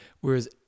Whereas